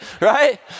right